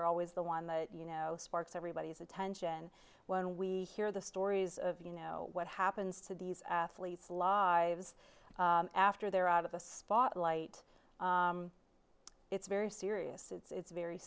are always the one that you know sparks everybody's attention when we hear the stories of you know what happens to these athletes lives after they're out of the spotlight it's very serious it's